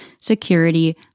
security